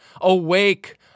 awake